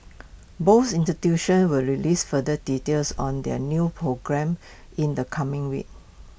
both institutions will release further details on their new programmes in the coming week